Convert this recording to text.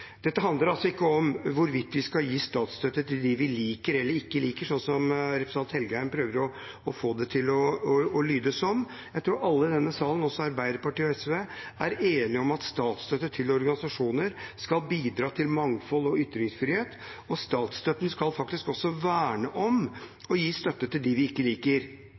Dette handler altså ikke om hvorvidt vi skal gi statsstøtte til dem vi ikke liker, som representanten Engen-Helgheim prøver å få det til å lyde som. Jeg tror alle i denne salen, også Arbeiderpartiet og SV, er enige om at statsstøtte til organisasjoner skal bidra til mangfold og ytringsfrihet, og statsstøtten skal faktisk også verne om og støtte dem vi ikke liker.